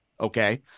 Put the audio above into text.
Okay